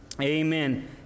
Amen